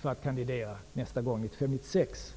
för att kandidera 1995--1996.